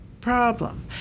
problem